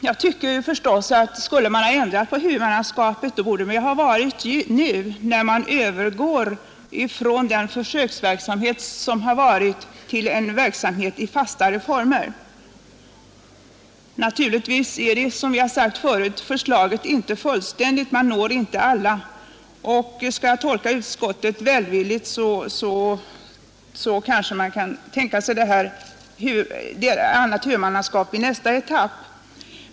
Jag tycker att om man skall ändra huvudmannaskapet, bör det göras nu, när man övergår från försöksverksamhet till en verksamhet i fastare former. Naturligtvis är, som förut har sagts, förslaget inte fullständigt — man når inte alla. En välvillig tolkning av utskottets skrivning är att man kanske kan tänka sig annat huvudmannaskap i nästa etapp.